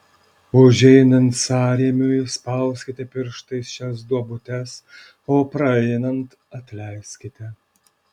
užeinant sąrėmiui spauskite pirštais šias duobutes o praeinant atleiskite